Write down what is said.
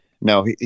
no